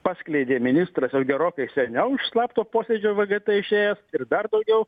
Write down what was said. paskleidė ministras jau gerokai seniau iš slapto posėdžio vgt išėjęs ir dar daugiau